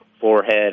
forehead